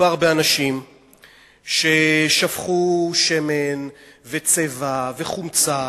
שמדובר באנשים ששפכו שמן וצבע וחומצה,